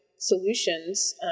Solutions